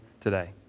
today